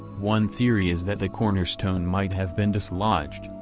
one theory is that the cornerstone might have been dislodged,